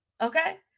okay